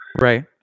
Right